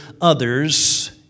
others